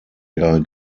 ihrer